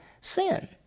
sin